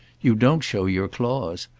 you don't show your claws.